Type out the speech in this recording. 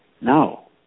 No